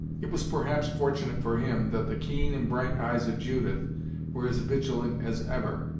it was perhaps fortunate for him that the keen and bright eyes of judith were as vigilant as ever.